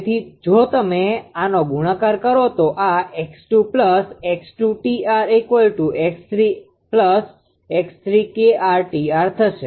તેથી જો તમે આનો ગુણાકાર કરો તો આ 𝑥2 𝑥2̇ 𝑇𝑟 𝑥3 𝑥3̇ 𝐾𝑟𝑇𝑟 થશે